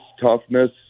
toughness